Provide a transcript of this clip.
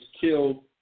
killed